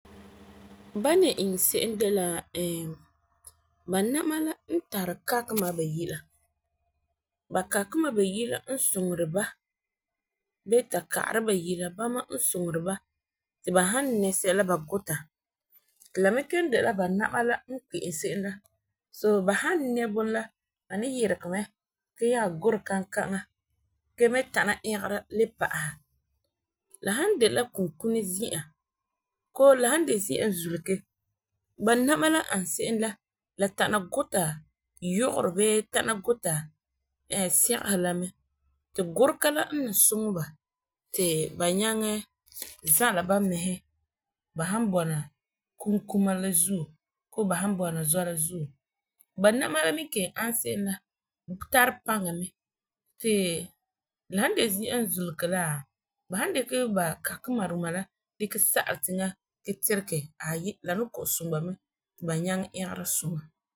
Ba ni iŋɛ se'em de la....... ba nama n tari kakema ba yi la, ba kakema bayi la n suŋeri ba bii taka'ara bayi la bama n suŋeri ba ti ba han nɛ sɛla ba guta ti la me kelum de la ba nama la n kpɛ'ɛm se'em la so ba han nɛ bunu la ba ni yɛregɛ mɛ gee nyaa gurɛ kankaŋa gee me tana ɛgera le pa'aha. La han de la koŋkonɛ zi'an koo la han de zi'an n zulegɛ, ba nama la n an se'em tana guta segehɛ la mɛ ti gurega la n ni suŋɛ ba ti ba nyaŋɛ zala ba mɛhe ba han bɔna kunkuma la zuo koo ba han bɔna zɔ la zuo. Ba nama la n an se'em la tari paŋa mɛ ti la han de'a zi'an n zulega la ti ba dikɛ ba kakema duma la dikɛ sa'alɛ tiŋa aayi la ni ko'o suŋɛ ba mɛ ti ba tana ɛgera duŋa suŋa..